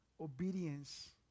obedience